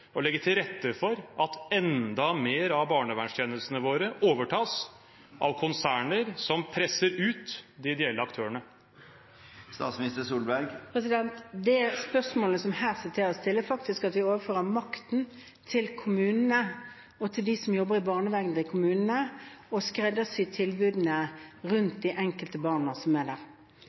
å legge til rette for at enda mer av barnevernstjenestene våre overtas av konserner som presser ut de ideelle aktørene? Det spørsmålet som det her vises til, gjelder det at vi overfører makten til å skreddersy tilbudene rundt de enkelte barna til kommunene og til dem som